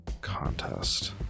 contest